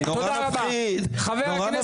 אוי, אוי אוי נורא מפחיד, נורא מפחיד.